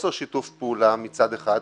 חוסר שיתוף פעולה מצד אחד,